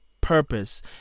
purpose